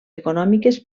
econòmiques